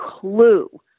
clue